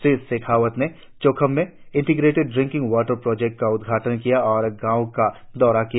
श्री शेखावत ने चौखाम में integrated drinking water project का उद्घाटन किया और गांव का दौरा किया